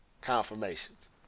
confirmations